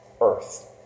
earth